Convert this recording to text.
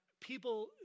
people